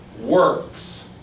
works